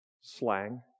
slang